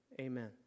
amen